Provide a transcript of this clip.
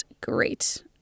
great